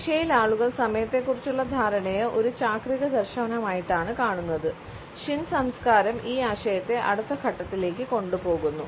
ഏഷ്യയിൽ ആളുകൾ സമയത്തെക്കുറിച്ചുള്ള ധാരണയെ ഒരു ചാക്രിക ദർശനമായിട്ടാണ് കാണുന്നത് ഷിൻ സംസ്കാരം ഈ ആശയത്തെ അടുത്ത ഘട്ടത്തിലേക്ക് കൊണ്ടുപോകുന്നു